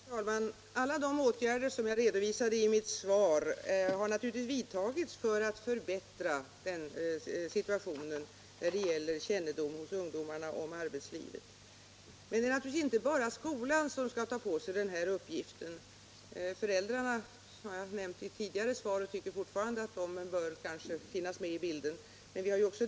Herr talman! Alla de åtgärder som jag redovisade i mitt svar har naturligtvis vidtagits för att förbättra ungdomarnas kännedom om arbetslivet. Men det är inte bara skolan som skall ta på sig den här uppgiften. Jag tycker fortfarande att föräldrarna — som jag nämnde i ett tidigare svar — bör finnas med i bilden.